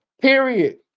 Period